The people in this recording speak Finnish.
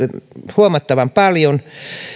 huomattavan paljon